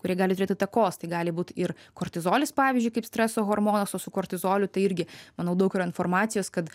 kurie gali turėt įtakos tai gali būt ir kortizolis pavyzdžiui kaip streso hormonas o su kortizoliu tai irgi manau daug yra informacijos kad